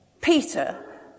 Peter